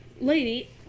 lady